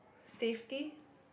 safety